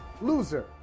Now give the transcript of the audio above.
loser